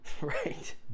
right